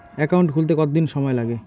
Account খুলতে কতদিন সময় লাগে?